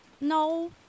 no